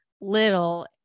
little